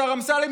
השר אמסלם,